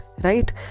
right